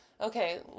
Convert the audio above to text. Okay